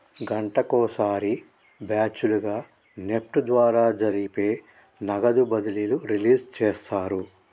గంటకొక సారి బ్యాచ్ లుగా నెఫ్ట్ ద్వారా జరిపే నగదు బదిలీలు రిలీజ్ చేస్తారు